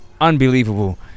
Unbelievable